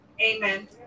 Amen